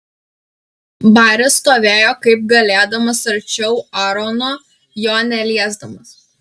baris stovėjo kaip galėdamas arčiau aarono jo neliesdamas